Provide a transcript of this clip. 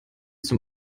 zum